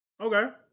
Okay